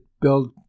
build